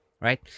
right